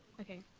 okay,